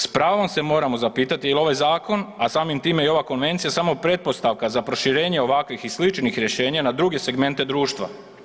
S pravom se moramo zapitati jel ovaj zakon, a samim time i ova konvencija samo pretpostavka za proširenje ovakvih i sličnih rješenja na druge segmente društva.